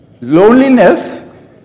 loneliness